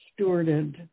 stewarded